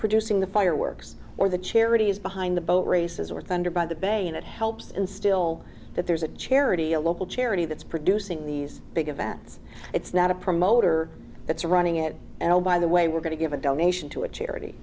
producing the fireworks or the charities behind the boat races or thunder by the bay and it helps instill that there's a charity a local charity that's producing these big events it's not a promoter that's running it and oh by the way we're going to give a donation to a charity